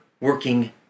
working